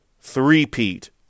three-peat